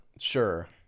sure